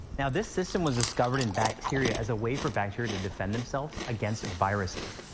now, this system was discovered in bacteria as a way for bacteria to defend themselves against viruses.